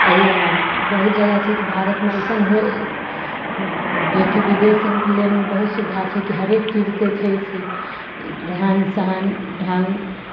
हैया बहुत जगह छै कि भारतमे एहन होइ जेकि बिदेश आरके लेनमे बहुत सुबिधा छै की हरेक चीजके छै से रहन सहन ढङ्ग